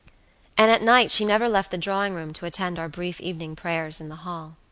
and at night she never left the drawing room to attend our brief evening prayers in the hall.